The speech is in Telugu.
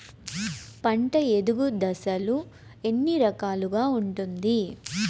పంట ఎదుగు దశలు ఎన్ని రకాలుగా ఉంటుంది?